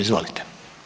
Izvolite.